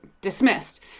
dismissed